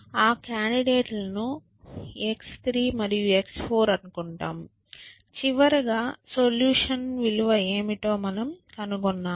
ఆ కాండిడేట్ లను x3 మరియు x4 అనుకుంటాము చివరగా సొల్యూషన్ విలువ ఏమిటో మనం కనుగొన్నాము